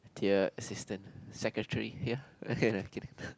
dear assistant secretary here kidding lah